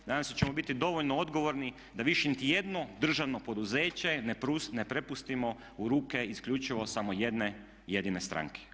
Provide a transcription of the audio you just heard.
Nadam se da ćemo biti dovoljno odgovorni da više niti jedno državno poduzeće ne prepustimo u ruke isključivo samo jedne jedine stranke.